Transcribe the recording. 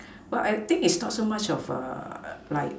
what I think it's not so much of a like